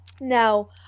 Now –